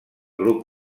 grup